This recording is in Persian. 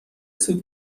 سوت